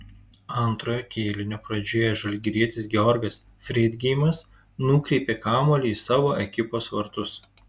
antrojo kėlinio pradžioje žalgirietis georgas freidgeimas nukreipė kamuolį į savo ekipos vartus